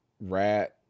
rat